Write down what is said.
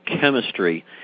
chemistry